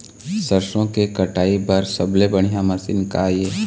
सरसों के कटाई बर सबले बढ़िया मशीन का ये?